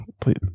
Please